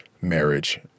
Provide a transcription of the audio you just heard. marriage